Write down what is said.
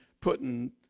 putting